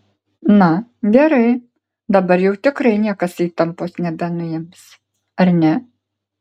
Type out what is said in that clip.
na gerai dabar jau tikrai niekas įtampos nebenuims ar ne